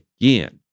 again